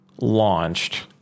launched